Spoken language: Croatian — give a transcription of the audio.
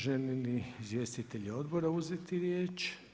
Žele li izvjestitelji odbora uzeti riječ?